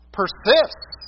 persists